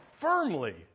firmly